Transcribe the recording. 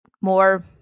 more